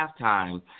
halftime